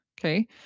Okay